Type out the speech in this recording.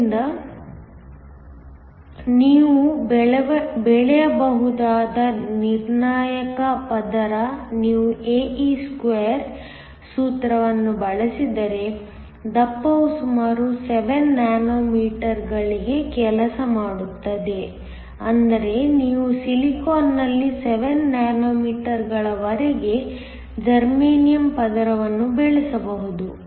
ಆದ್ದರಿಂದ ನೀವು ಬೆಳೆಯಬಹುದಾದ ನಿರ್ಣಾಯಕ ಪದರ ನೀವು ae2 ಸೂತ್ರವನ್ನು ಬಳಸಿದರೆ ದಪ್ಪವು ಸುಮಾರು 7 ನ್ಯಾನೊಮೀಟರ್ಗಳಿಗೆ ಕೆಲಸ ಮಾಡುತ್ತದೆ ಅಂದರೆ ನೀವು ಸಿಲಿಕಾನ್ನಲ್ಲಿ 7 ನ್ಯಾನೊಮೀಟರ್ಗಳವರೆಗೆ ಜರ್ಮೇನಿಯಮ್ ಪದರವನ್ನು ಬೆಳೆಯಬಹುದು